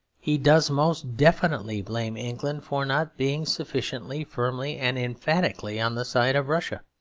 he does most definitely blame england for not being sufficiently firmly and emphatically on the side of russia.